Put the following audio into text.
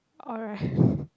alright